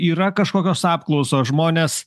yra kažkokios apklausos žmonės